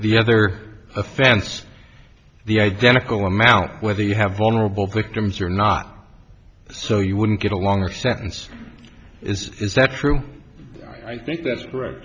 the other offense the identical amount whether you have vulnerable victims or not so you wouldn't get a longer sentence is is that true i think that's